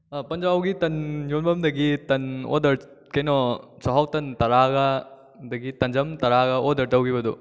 ꯄꯟꯖꯥꯎꯒꯤ ꯇꯟ ꯌꯣꯟꯐꯝꯗꯒꯤ ꯇꯟ ꯑꯣꯗꯔ ꯀꯩꯅꯣ ꯆꯥꯛꯍꯥꯎ ꯇꯟ ꯇꯔꯥꯒ ꯑꯗꯨꯗꯒꯤ ꯇꯟꯖꯝ ꯇꯔꯥꯒ ꯑꯣꯗꯔ ꯇꯧꯈꯤꯕꯗꯨ